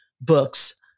books